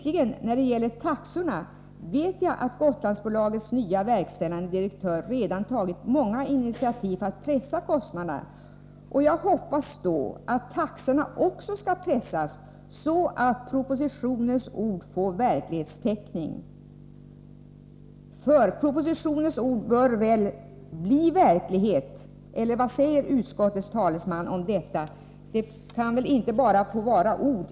I fråga om taxorna vet jag att Gotlandsbolagets nya verkställande direktör redan tagit många initiativ för att pressa kostnaderna, och jag hoppas då att också taxorna skall pressas så att propositionens ord får verklighetstäckning. Orden i propositionen bör väl bli verklighet, eller vad säger utskottets talesman? Det kan väl inte i längden få vara bara ord?